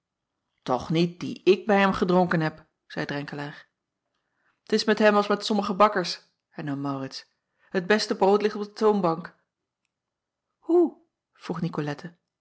och niet dien ik bij hem gedronken heb zeî renkelaer t s met hem als met sommige bakkers hernam aurits het beste brood ligt op de toonbank oe vroeg